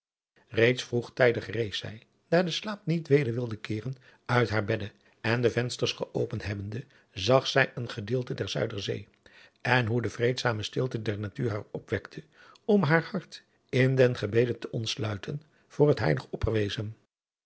reeds vroegtijdig rees zij daar de slaap niet weder wilde keeren uit haar bedde en de vensters geopend hebbende zag zij een gedeelte der zuiderzee en hoe de vreedzame adriaan loosjes pzn het leven van hillegonda buisman stilte der natuur haar opwekte om haar hart in den gebede te ontsluiten voor het heilig opperwezen